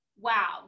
Wow